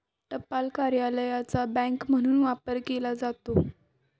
टपाल कार्यालयाचा बँक म्हणून वापर केला जातो